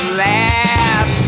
laugh